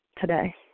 today